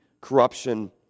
corruption